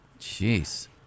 Jeez